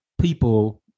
people